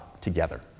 together